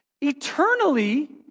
eternally